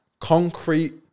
concrete